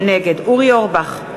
נגד אורי אורבך,